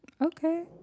Okay